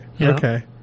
Okay